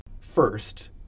first